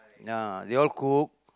ya they all cook